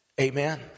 Amen